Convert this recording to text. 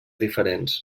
diferents